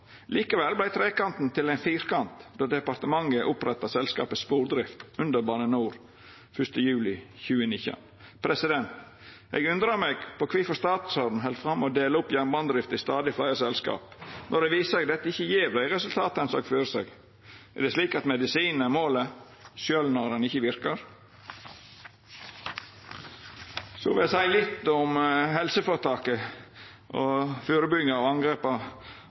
Likevel vart trekanten til ein firkant då departementet oppretta selskapet Spordrift under Bane NOR 1. juli 2019. Eg undrar meg på kvifor statsråden held fram med å dela opp jernbanedrifta i stadig fleire selskap, når det viser seg at dette ikkje gjev dei resultata ein har sett føre seg. Er det slik at medisinen er målet, sjølv når han ikkje verkar? Så vil eg seia litt om helseføretaka og førebygging av angrepa